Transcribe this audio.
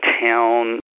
town